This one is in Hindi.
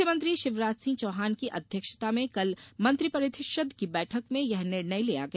मुख्यमंत्री शिवराज सिंह चौहान की अध्यक्षता में कल मंत्रि परिषद की बैठक में यह निर्णय लिया गया